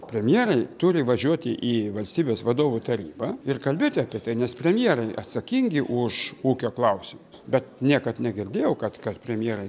premjerai turi važiuoti į valstybės vadovų tarybą ir kalbėti apie tai nes premjerai atsakingi už ūkio klausimus bet niekad negirdėjau kad kad premjerai